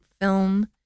film